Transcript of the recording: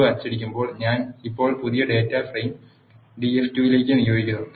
df2 അച്ചടിക്കുമ്പോൾ ഞാൻ ഇപ്പോൾ പുതിയ ഡാറ്റാ ഫ്രെയിം df2 ലേക്ക് നിയോഗിക്കുന്നു